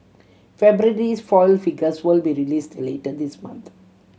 February's foil figures will be released later this month